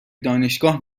دانشگاه